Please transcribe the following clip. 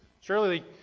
Surely